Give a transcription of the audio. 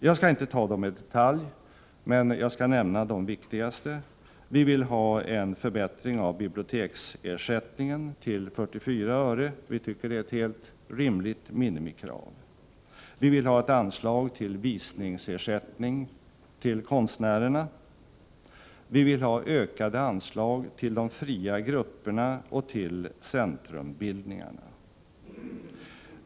Jag skall inte ta dem i detalj, men jag skall nämna de viktigaste. Vi vill ha en förbättring av biblioteksersättningen till 44 öre. Vi tycker det är ett helt rimligt minimikrav. Vi vill ha ett anslag till visningsersättning till konstnärerna. Vi vill ha ökade anslag till de fria grupperna och till centrumbildningarna.